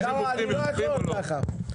קארה, קארה, אני לא יכולה ככה.